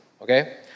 okay